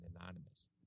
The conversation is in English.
anonymous